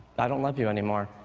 i don't love you anymore,